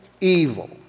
evil